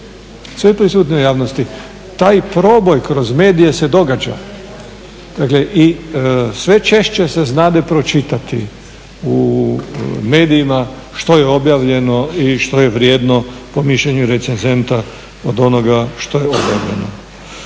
sve prisutnija u javnosti. Taj proboj kroz medije se događa i sve češće se znade pročitati u medijima što je objavljeno i što je vrijedno po mišljenju recenzenta od onoga što je objavljeno.